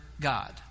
God